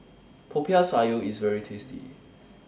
Popiah Sayur IS very tasty